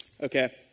Okay